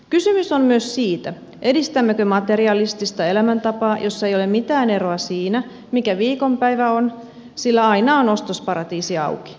kysymys on myös siitä edistämmekö materialistista elämäntapaa jossa ei ole mitään eroa siinä mikä viikonpäivä on sillä aina on ostosparatiisi auki